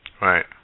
Right